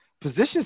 positions